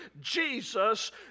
Jesus